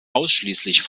ausschließlich